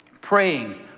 praying